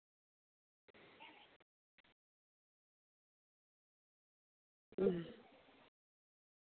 ᱦᱩᱸ